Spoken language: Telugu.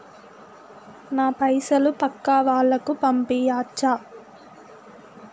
నా పైసలు పక్కా వాళ్ళకు పంపియాచ్చా?